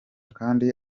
kandi